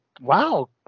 wow